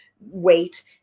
weight